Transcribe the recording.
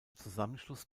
zusammenschluss